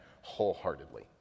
wholeheartedly